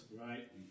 Right